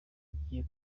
igiye